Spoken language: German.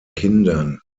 kindern